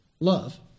Love